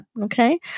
Okay